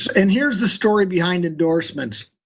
and here's the story behind endorsements,